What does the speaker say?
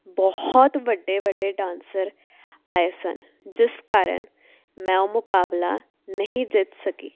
ਬਹੁਤ ਵੱਡੇ ਵੱਡੇ ਡਾਂਸਰ ਆਏ ਸਨ ਜਿਸ ਕਾਰਨ ਮੈਂ ਉਹ ਮੁਕਾਬਲਾ ਨਹੀਂ ਜਿੱਤ ਸਕੀ